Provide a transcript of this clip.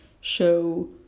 show